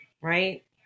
right